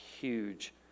huge